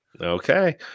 Okay